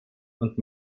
und